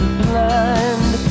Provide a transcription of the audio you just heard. blind